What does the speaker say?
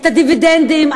את הדיבידנדים,